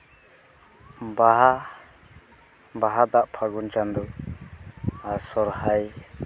ᱵᱟᱦᱟ ᱵᱟᱦᱟ ᱫᱚ ᱯᱷᱟᱹᱜᱩᱱ ᱪᱟᱸᱫᱚ ᱟᱨ ᱥᱚᱦᱚᱨᱟᱭ